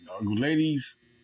ladies